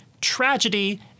Tragedy